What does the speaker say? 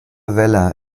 vella